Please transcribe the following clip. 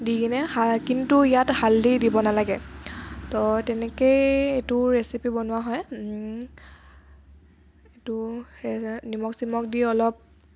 দিকেনে কিন্তু ইয়াত হালধি দিব নালাগে ত তেনেকেই এইটো ৰেচিপি বনোৱা হয় এইটো নিমখ চিমখ দি অলপ